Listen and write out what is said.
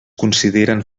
consideren